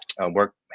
work